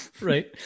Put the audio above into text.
Right